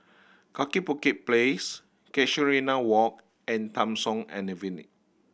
Kaki Bukit Place Casuarina Walk and Tham Soong